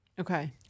Okay